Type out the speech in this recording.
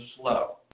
slow